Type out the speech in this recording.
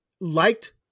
liked